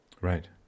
right